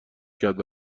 کرد